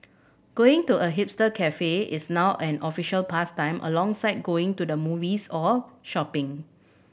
going to a hipster cafe is now an official pastime alongside going to the movies or shopping